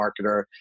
marketer